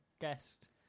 guest